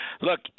Look